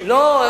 70%. לא,